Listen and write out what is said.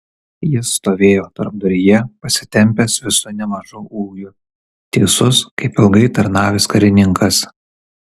jis stovėjo tarpduryje pasitempęs visu nemažu ūgiu tiesus kaip ilgai tarnavęs karininkas